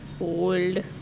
old